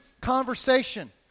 conversation